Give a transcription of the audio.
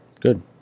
Good